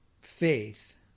faith